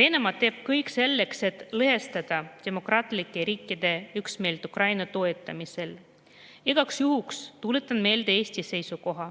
Venemaa teeb kõik selleks, et lõhestada demokraatlike riikide üksmeelt Ukraina toetamisel. Igaks juhuks tuletan meelde Eesti seisukoha: